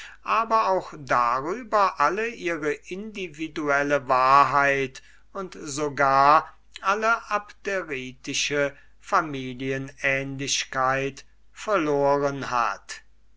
aber auch darüber alle ihre individuelle wahrheit und sogar alle abderitische familienähnlichkeit verloren hat